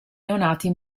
neonati